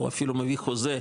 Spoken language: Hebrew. או אפילו מביא חוזה,